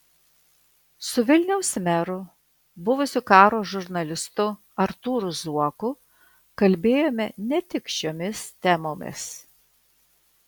su vilniaus meru buvusiu karo žurnalistu artūru zuoku kalbėjome ne tik šiomis temomis